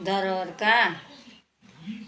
दरवारका